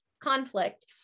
conflict